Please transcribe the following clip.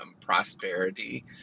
prosperity